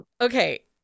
okay